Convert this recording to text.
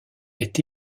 est